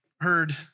heard